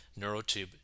neurotube